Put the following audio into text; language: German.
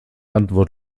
antwort